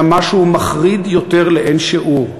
אלא משהו מחריד יותר לאין-שיעור: